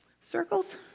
circles